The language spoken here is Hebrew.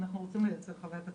אנחנו רוצים לייצר חוויית הצלחה.